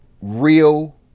real